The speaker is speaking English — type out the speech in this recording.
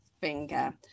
finger